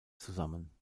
zusammen